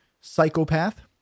psychopath